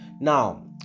Now